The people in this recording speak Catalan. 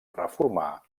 reformar